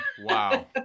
wow